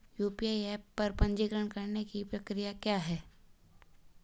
UPI app पर पंजीकरण करने की प्रक्रिया क्या है?